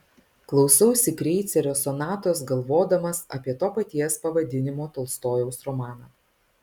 klausausi kreicerio sonatos galvodamas apie to paties pavadinimo tolstojaus romaną